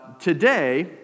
Today